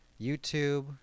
YouTube